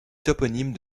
toponyme